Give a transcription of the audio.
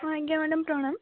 ହଁ ଆଜ୍ଞା ମାଡ଼ାମ ପ୍ରଣାମ